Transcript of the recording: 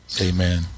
Amen